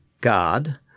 God